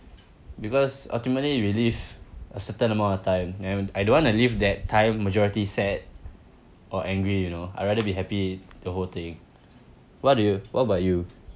because ultimately we live a certain amount of time and I don't want to live that time majority sad or angry you know I'd rather be happy the whole thing what do you what about you